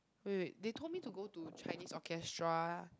wait wait they told me to go to Chinese orchestra